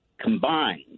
combined